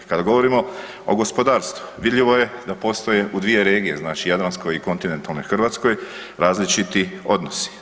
Kad govorimo o gospodarstvu, vidljivo je da postoje u dvije regije, znači jadranskoj i kontinentalnoj Hrvatskoj različiti odnosi.